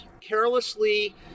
carelessly